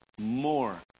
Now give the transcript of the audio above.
more